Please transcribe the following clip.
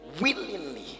willingly